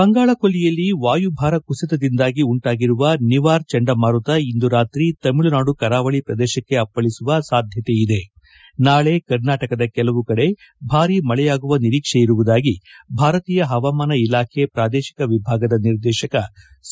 ಬಂಗಾಳ ಕೊಲ್ಲಿಯಲ್ಲಿ ವಾಯುಭಾರ ಕುಸಿತದಿಂದಾಗಿ ಉಂಟಾಗಿರುವ ನಿವಾರ್ ಚಂಡಮಾರುತ ಇಂದು ರಾತ್ರಿ ತಮಿಳುನಾಡು ಕರಾವಳಿ ಪ್ರದೇಶಕ್ಕೆ ಅಪ್ಪಳಿಸುವ ಸಾಧ್ಯತೆಯಿದೆ ನಾಳಿ ಕರ್ನಾಟಕದ ಕೆಲವು ಕಡೆ ಭಾರೀ ಮಳೆಯಾಗುವ ನಿರೀಕ್ಷೆಯಿರುವುದಾಗಿ ಭಾರತೀಯ ಪವಾಮಾನ ಇಲಾಖೆ ಪ್ರಾದೇಶಿಕ ವಿಭಾಗದ ನಿರ್ದೇಶಕ ಸಿ